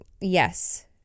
Yes